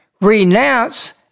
renounce